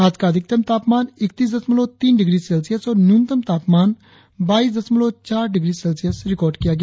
आज का अधिकतम तापमान इकत्तीस दशमलव तीन डिग्री सेल्सियस और न्यूनतम तापमान बाईस दशमलव चार डिग्री सेल्सियस रिकार्ड किया गया